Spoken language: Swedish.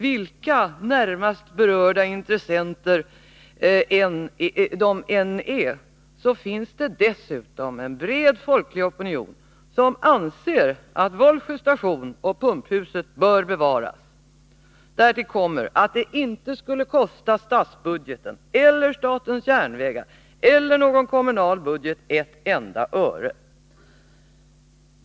Vilka ”närmast berörda intressenter” än är, finns det dessutom en bred folklig opinion för att Vollsjö station och Pumphuset skall bevaras. Därtill kommer att det inte skulle kosta statsbudgeten eller statens järnvägar eller någon kommunal budget ett enda öre.